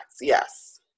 yes